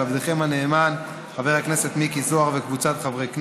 של עבדכם הנאמן חבר הכנסת מיקי זוהר וקבוצת חברי הכנסת,